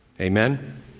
Amen